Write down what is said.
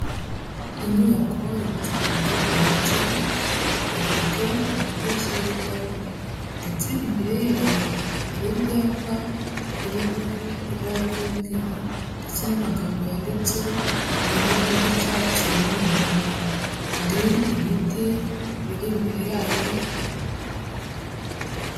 Inyubako yubatse ku buryo bugeretse ifite amadirishya y'ibirahure ndetse imbere yayo hari ibyapa birimo ibara ry'umweru ndetse n'amagambo yanditse mu ibara ry'icyatsi n'umuhondo, hari ibiti biri imbere yayo.